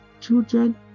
children